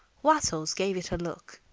wattles gave it a look,